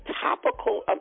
topical